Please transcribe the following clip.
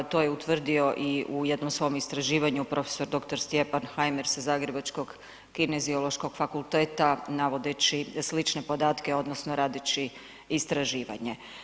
To je utvrdio u jednom svom istraživanju prof.dr. Stjepan Hajmer sa Zagrebačkog kineziološkog fakulteta navodeći slične podatke, odnosno radeći istraživanje.